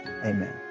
Amen